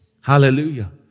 Hallelujah